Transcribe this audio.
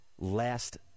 last